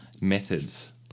methods